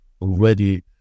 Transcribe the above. ready